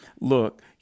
Look